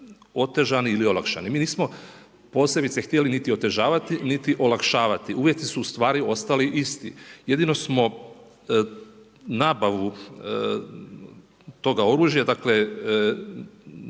otežan ili olakšan. Mi nismo posebice htjeli niti otežavati niti olakšavati. Uvjeti su ustvari ostali isti. Jedino smo nabavu toga oružja, dakle,